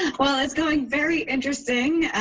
well, it's going very interesting,